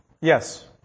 Yes